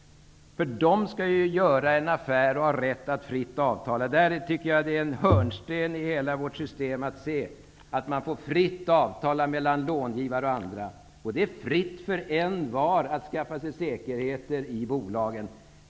Man skall ha rätt att göra en affär och ha rätt att avtala fritt. Jag tycker att det är en hörnsten i vårt system att långivare och låntagare får avtala fritt. Det är fritt för envar att skaffa sig säkerhet i bolagen.